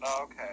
Okay